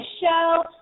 show